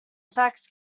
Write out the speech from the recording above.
effects